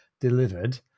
delivered